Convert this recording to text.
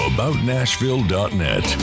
AboutNashville.net